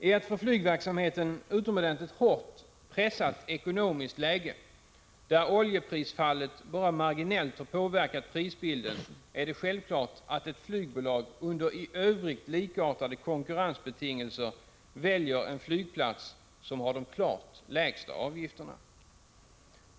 I ett för flygverksamheten utomordentligt hårt pressat ekonomiskt klimat — där oljeprisfallet bara marginellt har påverkat prisbilden — är det självklart att ett flygbolag, under i övrigt likartade konkurrensbetingelser, väljer en flygplats som har de klart lägsta avgifterna.